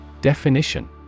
Definition